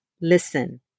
listen